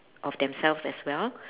of themselves as well